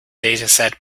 dataset